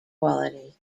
quality